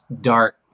dark